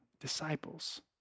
disciples